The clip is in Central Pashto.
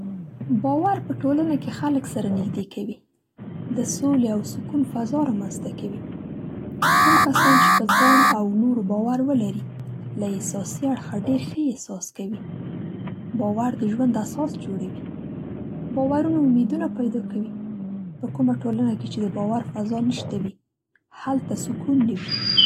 باور په ټولنه کې خلک سره نږدې کوي، د سولې او سکون فضا را منځته کوي. کوم کسان چې په ځان او نورو باور ولري له احساسي اړخه ډېر ښه احساس کوي. باور د ژوند اساس جوړوي. باورونه امیدونه پیدا کوي. په کومه ټولنه کې چې د باور فضا نه شته وي هلته سکون نه وي.